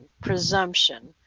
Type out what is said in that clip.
presumption